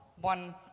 one